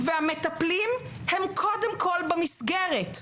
המטפלים הם קודם כל במסגרת,